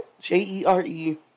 J-E-R-E